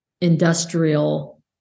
industrial